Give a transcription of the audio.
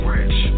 Rich